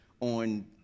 on